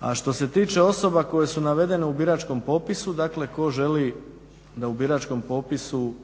A što se tiče osoba koje su navedene u biračkom popisu, dakle ko želi da u biračkom popisu